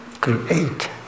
create